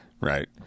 Right